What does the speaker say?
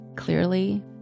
Clearly